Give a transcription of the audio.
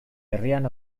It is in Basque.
herrian